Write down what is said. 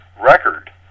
record